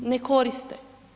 Ne koriste.